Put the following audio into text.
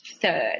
third